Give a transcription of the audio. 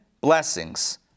blessings